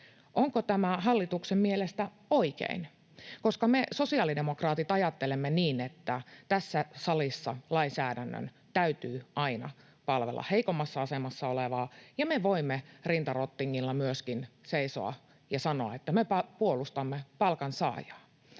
onko tämä hallituksen mielestä oikein. Me sosiaalidemokraatit ajattelemme niin, että tässä salissa lainsäädännön täytyy aina palvella heikommassa asemassa olevaa, ja me voimme myöskin rinta rottingilla seisoa ja sanoa, että mepä puolustamme palkansaajaa.